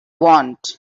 want